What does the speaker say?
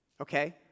Okay